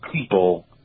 people